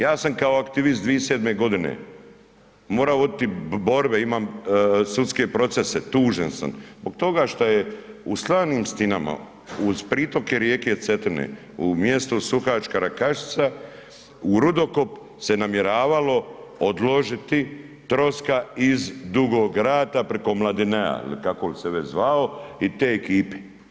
Ja sam kao aktivist 2007. godine morao voditi borbe, imam sudske procese, tužen sam zbog toga šta je u slanim stijenama uz pritoke rijeke Cetine u mjestu Sukačka rakašica u rudokop se namjeravalo odložiti troska iz Dugog Rata preko Mladinea ili kako li se već zvao i te ekipe.